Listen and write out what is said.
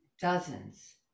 dozens